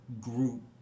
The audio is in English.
group